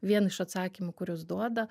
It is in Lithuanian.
vien iš atsakymų kuriuos duoda